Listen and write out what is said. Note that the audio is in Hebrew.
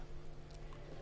הצבעה אושר.